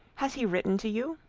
has he written to you?